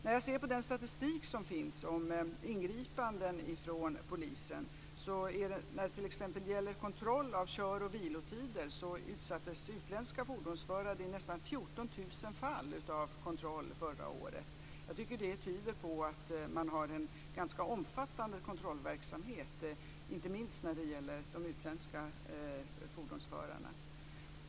När jag ser på den statistik som finns om ingripanden från polisen ser jag följande. När det t.ex. gäller kontroll av kör och vilotider utsattes utländska fordonsförare i nästan 14 000 fall av kontroll förra året. Jag tycker att det tyder på att man har en ganska omfattande kontrollverksamhet inte minst när det gäller de utländska fordonsförarna.